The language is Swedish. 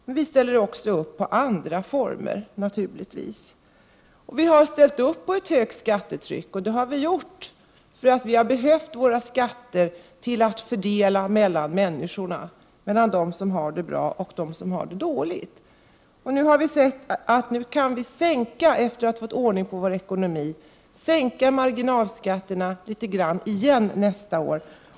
Men vi ställer naturligtvis också upp på andra former. Vi har ställt upp på ett högt skattetryck därför att vi har behövt våra skatter till att fördela mellan människorna, mellan dem som har det bra och dem som har det dåligt. När vi nu har fått ordning på vår ekonomi har vi sett att vi kan sänka marginalskatterna litet grand igen nästa år.